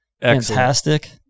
Fantastic